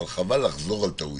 אבל חבל לחזור על טעויות.